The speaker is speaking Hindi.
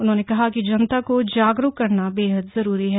उन्होने कहा कि जनता को जागरूक करना बेहद जरूरी है